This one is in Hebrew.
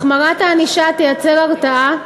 החמרת הענישה תייצר הרתעה,